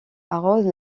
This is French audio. arrose